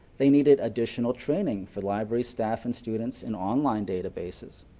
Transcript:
they needed additional training for library staff and students and online databases,